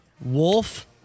Wolf